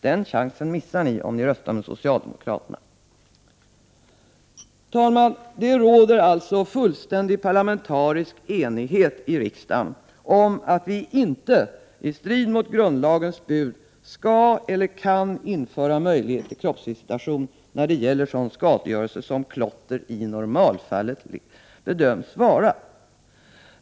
Den chansen missar ni om ni röstar med socialdemokraterna. Herr talman! Det råder alltså fullständig parlamentarisk enighet i riksdagen om att vi inte i strid mot grundlagens bud skall eller kan införa möjlighet till kroppsvisitation när det gäller sådan skadegörelse som klotter i normalfallet bedöms vara.